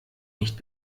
nicht